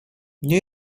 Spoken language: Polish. nie